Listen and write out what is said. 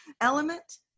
element